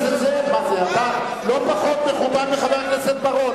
אתה לא פחות מכובד מחבר הכנסת בר און,